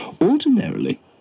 Ordinarily